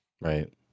Right